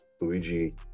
Luigi